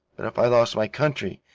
but if i lost my country,